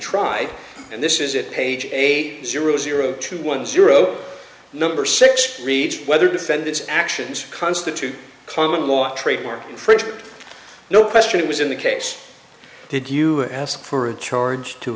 tried and this is it page eight zero zero two one zero number six reads whether defendant's actions constitute a common law trademark infringement no question it was in the case did you ask for a charge to